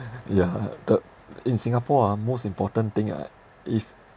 yeah the in singapore ah most important thing ah is